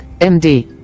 MD